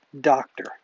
doctor